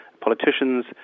politicians